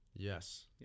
Yes